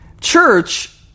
Church